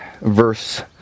verse